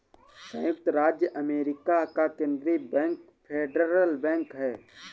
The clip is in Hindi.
सयुक्त राज्य अमेरिका का केन्द्रीय बैंक फेडरल बैंक है